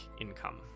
income